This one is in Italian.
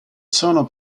sono